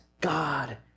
God